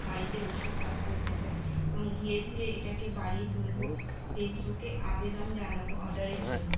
বাড়িতে বসে কাজ করতে চাই এবং ধীরে ধীরে এটাকে বাড়িয়ে তুলবো ফেসবুকে আবেদন জানাবো অর্ডারের জন্য